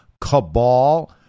cabal